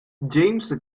james